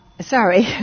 sorry